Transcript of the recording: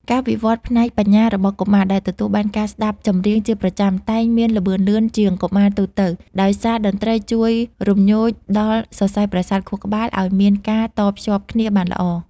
ការវិវត្តផ្នែកបញ្ញារបស់កុមារដែលទទួលបានការស្តាប់ចម្រៀងជាប្រចាំ តែងមានល្បឿនលឿនជាងកុមារទូទៅ ដោយសារតន្ត្រីជួយរំញោចដល់សរសៃប្រសាទខួរក្បាលឱ្យមានការតភ្ជាប់គ្នាបានល្អ។